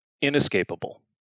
inescapable